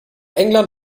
england